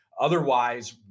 otherwise